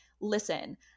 listen